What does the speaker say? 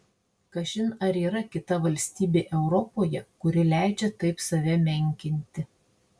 kažin ar yra kita valstybė europoje kuri leidžia taip save menkinti